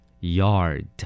yard